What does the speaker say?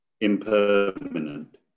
impermanent